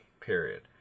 period